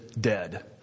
dead